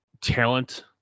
talent